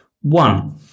One